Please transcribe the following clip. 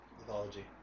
mythology